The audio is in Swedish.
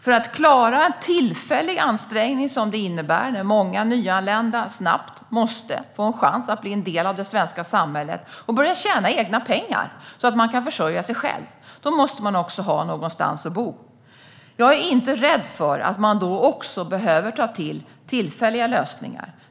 För att klara en tillfällig ansträngning, som det innebär när många nyanlända snabbt måste få en chans att bli en del av det svenska samhället och börja tjäna egna pengar, så att man kan försörja sig själv, måste man också ha någonstans att bo. Jag är inte rädd för att också ta till tillfälliga lösningar.